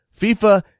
FIFA